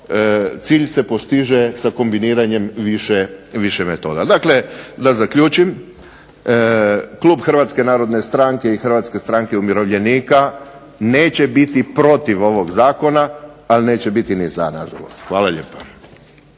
cilj se postiže sa kombiniranjem više metoda. Dakle da zaključim, klub HNS-HSU-a neće biti protiv ovog zakona, ali neće biti ni za nažalost. Hvala lijepa.